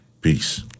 Peace